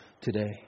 today